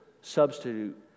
substitute